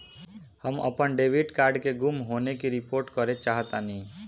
हम अपन debit card के गुम होने की रिपोर्ट करे चाहतानी